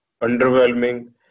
underwhelming